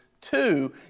Two